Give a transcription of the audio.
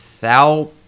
thou